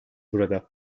burada